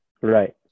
Right